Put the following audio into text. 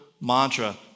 mantra